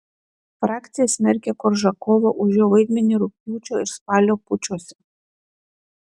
frakcija smerkia koržakovą už jo vaidmenį rugpjūčio ir spalio pučuose